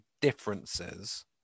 differences